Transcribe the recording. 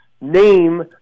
name